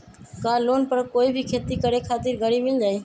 का लोन पर कोई भी खेती करें खातिर गरी मिल जाइ?